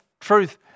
truth